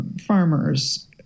farmers